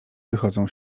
wychodzą